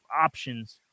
options